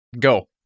Go